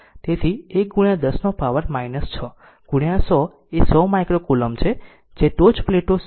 તેથી 1 10 નો પાવર 6 100 એ 100 માઇક્રો કોલોમ્બ છે જે ટોચ પ્લેટો C 1 પર સંગ્રહિત ચાર્જ છે